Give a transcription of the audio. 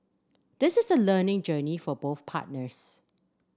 this is a learning journey for both partners